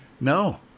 No